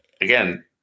Again